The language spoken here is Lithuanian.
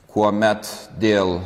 kuomet dėl